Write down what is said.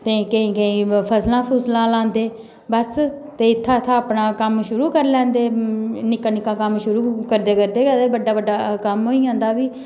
ते केंई केंई फसला लांदे बस जित्थे जित्थे अपना कम्म शुरु करी लेंदे निक्का निक्का कम्म शुरु करदे करदे गे बड्डा बड्डा कम्म होई जंदा फ्ही